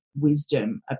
wisdom